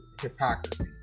hypocrisy